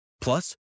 Plus